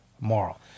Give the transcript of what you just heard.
moral